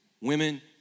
Women